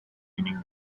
meaning